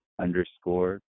underscore